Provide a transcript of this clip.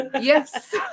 Yes